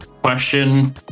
question